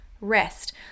rest